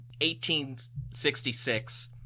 1866